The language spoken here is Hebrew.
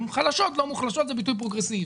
חלשות, לא מוחלשות, זה ביטוי פרוגרסיבי.